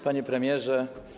Panie Premierze!